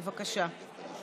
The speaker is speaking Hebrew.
בבקשה.